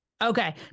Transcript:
Okay